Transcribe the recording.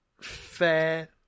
fair